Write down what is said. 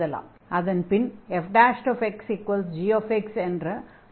அதன் பின் fxg என்ற மற்றொரு அஸம்ஷனை எடுத்துக் கொள்ளலாம்